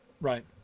right